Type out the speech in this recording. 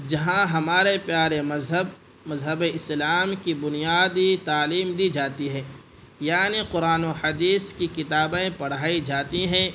جہاں ہمارے پیارے مذہب مذہب اسلام کی بنیادی تعلیم دی جاتی ہے یعنی قرآن و حدیث کی کتابیں پڑھائی جاتی ہیں